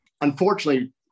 Unfortunately